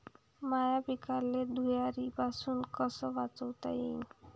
माह्या पिकाले धुयारीपासुन कस वाचवता येईन?